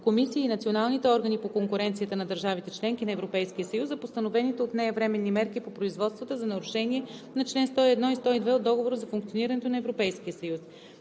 комисия и националните органи по конкуренцията на държавите – членки на Европейския съюз, за постановените от нея временни мерки по производствата за нарушение на чл. 101 и 102 от Договора за функционирането на Европейския съюз.“